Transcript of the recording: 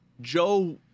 Joe –